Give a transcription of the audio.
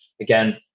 again